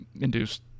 induced